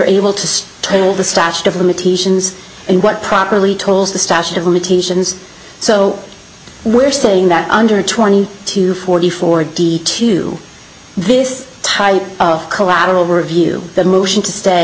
limitations and what properly tolls the statute of limitations so we're saying that under twenty to forty four d to do this type of collateral review that motion to stay